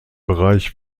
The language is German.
bereich